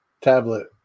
tablet